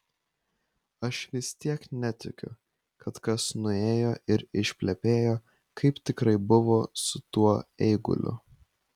aš vis tiek netikiu kad kas nuėjo ir išplepėjo kaip tikrai buvo su tuo eiguliu